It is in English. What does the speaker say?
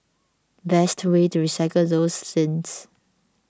best way to recycle those tins